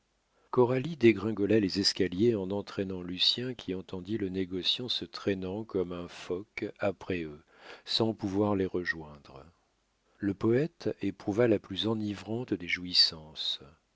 coralie dégringola les escaliers en entraînant lucien qui entendit le négociant se traînant comme un phoque après eux sans pouvoir les rejoindre le poète éprouva la plus enivrante des jouissances